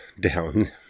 down